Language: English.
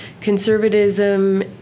conservatism